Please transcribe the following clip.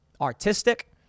artistic